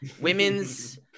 women's